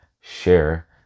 share